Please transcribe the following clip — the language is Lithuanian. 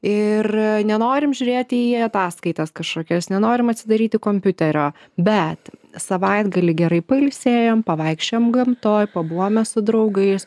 ir nenorim žiūrėti į ataskaitas kažkokias nenorim atsidaryti kompiuterio bet savaitgalį gerai pailsėjom pavaikščiojom gamtoj pabuvom su draugais